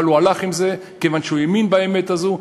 אבל הוא הלך עם זה כיוון שהוא האמין באמת הזאת,